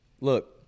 look